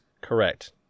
Correct